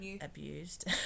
abused